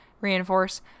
reinforce